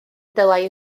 dylai